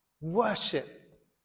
Worship